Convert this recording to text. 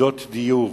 יחידות דיור,